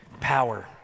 power